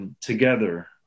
together